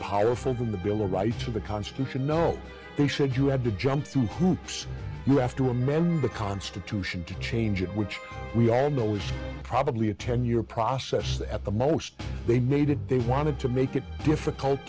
powerful than the bill of rights of the constitution no they said you had to jump through hoops you have to amend the constitution to change it which we all know was probably a ten year process at the most they made it they wanted to make it difficult